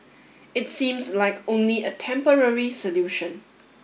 it seems like only a temporary solution